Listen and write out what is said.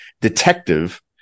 detective